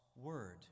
word